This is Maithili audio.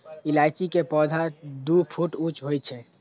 इलायची के पौधा दू फुट ऊंच होइ छै